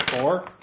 four